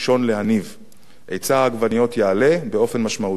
היצע העגבניות יעלה באופן משמעותי ומחירן ירד.